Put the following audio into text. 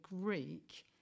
Greek